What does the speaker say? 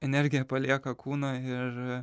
energija palieka kūną ir